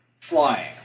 flying